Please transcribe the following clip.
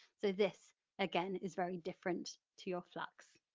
so this again is very different to your flux.